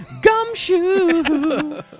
gumshoe